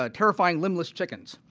ah terrifying limbless chickens